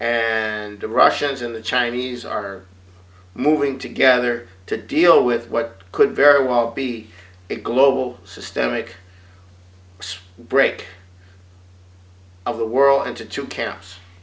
and the russians and the chinese are moving together to deal with what could very well be a global systemic break of the world into two camps